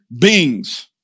beings